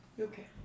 okay